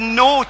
no